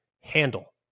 handle